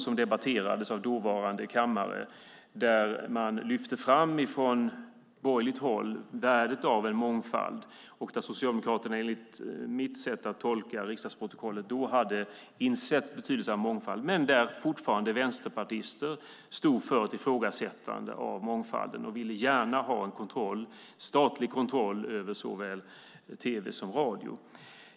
Från borgerligt håll lyfte man fram värdet av mångfald. Enligt min tolkning av protokollet hade Socialdemokraterna då insett betydelsen av mångfald, medan vänsterpartisterna fortfarande ifrågasatte mångfald och ville ha en statlig kontroll över såväl tv som radio.